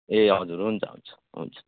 ए हजुर हुन्छ हुन्छ हुन्छ